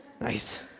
Nice